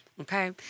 Okay